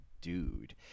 dude